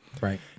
Right